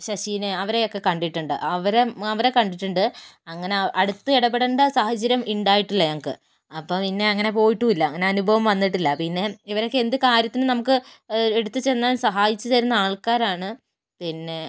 ശശിനെ അവരെയൊക്കെ കണ്ടിട്ടുണ്ട് അവരെ അവരെ കണ്ടിട്ടുണ്ട് അങ്ങനെ അടുത്തിടപെടേണ്ട സാഹചര്യം ഉണ്ടായിട്ടില്ല ഞങ്ങൾക്ക് വന്നിട്ടില്ല പിന്നെ ഇവരൊക്കെ എന്ത് കാര്യത്തിനും നമുക്ക് എടുത്ത് ചെന്ന് സഹായിച്ചു തരുന്ന ആൾക്കാരാണ് പിന്നെ